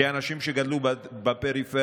כאנשים שגדלו בפריפריה,